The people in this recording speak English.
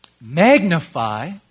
Magnify